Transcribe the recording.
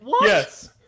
Yes